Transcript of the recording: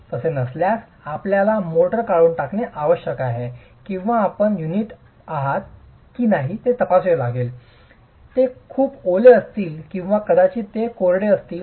तसे नसल्यास आपल्याला मोर्टार काढून टाकणे आवश्यक आहे किंवा आपण युनिट आहात की नाही ते तपासावे लागेल ते खूप ओले असतील किंवा कदाचित ते कोरडे असतील